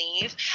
leave